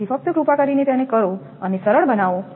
તેથી ફક્ત કૃપા કરીને તેને કરો અને સરળ બનાવો